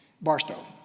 Barstow